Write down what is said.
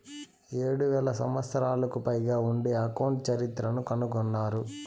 ఏడు వేల సంవత్సరాలకు పైగా ఉండే అకౌంట్ చరిత్రను కనుగొన్నారు